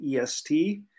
EST